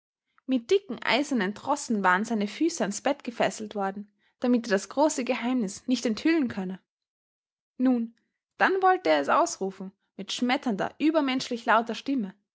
mit dicken eisernen trossen waren seine füße ans bett gefesselt worden damit er das große geheimnis nicht enthüllen könne nun dann wollte er es ausrufen mit schmetternder übermenschlich lauter stimme